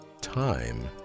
time